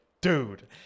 dude